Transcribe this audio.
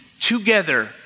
together